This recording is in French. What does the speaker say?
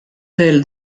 tel